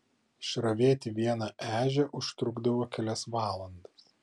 išravėti vieną ežią užtrukdavo kelias valandas